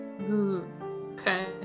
Okay